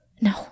No